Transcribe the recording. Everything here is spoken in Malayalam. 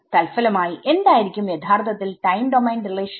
തൽഫലമായി എന്തായിരിക്കും യഥാർത്ഥത്തിൽ ടൈം ഡോമെയിൻ റിലേഷൻ